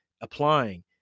applying